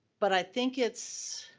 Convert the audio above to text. but i think it's,